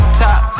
top